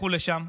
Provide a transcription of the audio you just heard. לכו לשם,